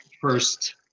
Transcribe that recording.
first